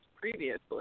previously